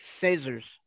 scissors